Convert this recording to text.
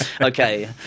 okay